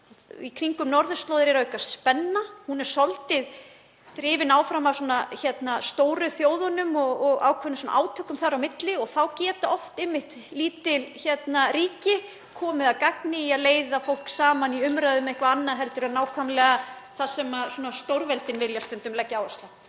Í kringum norðurslóðir er að aukast spenna. Hún er svolítið drifin áfram af stóru þjóðunum og ákveðnum átökum þar á milli og þá geta oft einmitt lítil ríki komið að gagni í að leiða fólk (Forseti hringir.) saman í umræðu um eitthvað annað en nákvæmlega það sem stórveldin vilja stundum leggja áherslu